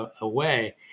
away